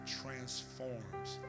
transforms